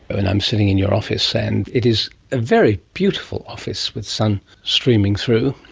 and i'm sitting in your office, and it is a very beautiful office, with sun streaming through.